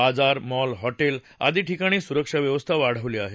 बाजार mall hotel आदी ठिकाणी सुरक्षा व्यवस्था वाढवली आहे